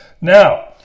Now